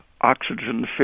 oxygen